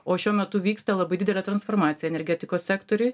o šiuo metu vyksta labai didelė transformacija energetikos sektoriuj